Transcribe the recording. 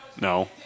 No